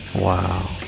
Wow